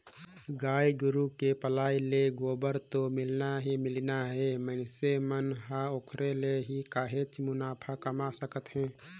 गाय गोरु के पलई ले गोबर तो मिलना ही मिलना हे मइनसे मन ह ओखरे ले ही काहेच मुनाफा कमा सकत हे